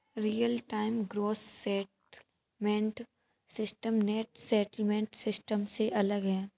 real time gross settlement system net settlement system से अलग है